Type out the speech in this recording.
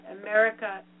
America